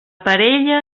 parella